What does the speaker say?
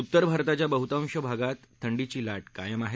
उत्तर भारताच्या बहुतांश भागात थंडीची ला कायम आहे